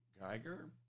Geiger